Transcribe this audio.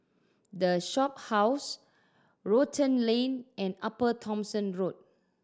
The Shophouse Rotan Lane and Upper Thomson Road